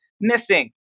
missing